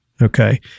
Okay